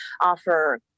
offer